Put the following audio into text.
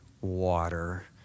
water